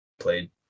played